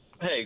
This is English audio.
Hey